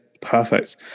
perfect